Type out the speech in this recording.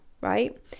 right